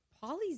Polly's